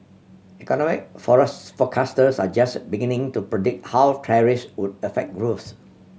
economic forecasters are just beginning to predict how tariffs would affect growth